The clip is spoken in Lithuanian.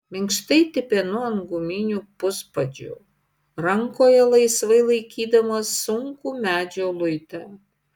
minkštai tipenu ant guminių puspadžių rankoje laisvai laikydamas sunkų medžio luitą